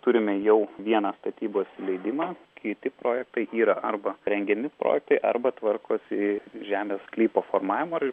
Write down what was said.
turime jau vieną statybos leidimą kiti projektai yra arba rengiami projektai arba tvarkosi žemės sklypo formavimo ir